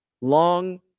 Long